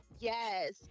Yes